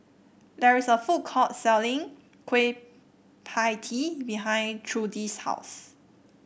there is a food court selling Kueh Pie Tee behind Trudie's house